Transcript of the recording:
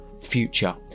future